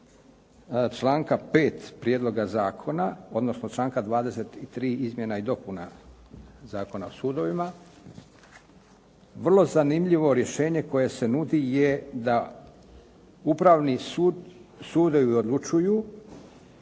članka 5. prijedloga zakona, odnosno članka 23. izmjena i dopuna Zakona o sudovima. Vrlo zanimljivo rješenje koje se nudi je da upravni sudovi odlučuju